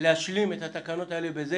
להשלים את התקנות האלה בכך